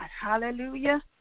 Hallelujah